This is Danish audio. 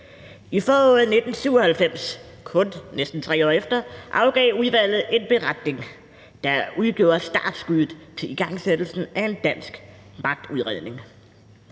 I foråret 1997, kun næsten 3 år efter, afgav udvalget en beretning, der udgjorde startskuddet til igangsættelsen af en dansk magtudredning.